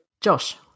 Josh